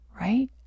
Right